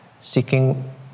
Seeking